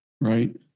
right